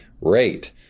rate